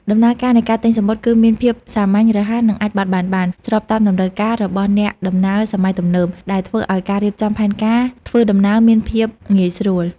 ដំណើរការនៃការទិញសំបុត្រគឺមានភាពសាមញ្ញ រហ័ស និងអាចបត់បែនបាន ស្របតាមតម្រូវការរបស់អ្នកដំណើរសម័យទំនើប ដែលធ្វើឱ្យការរៀបចំផែនការធ្វើដំណើរមានភាពងាយស្រួល។